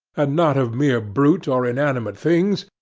and not of mere brute or inanimate things,